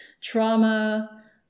trauma